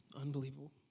Unbelievable